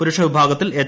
പുരുഷ വിഭാഗത്തിൽ എച്ച്